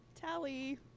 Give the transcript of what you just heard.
Tally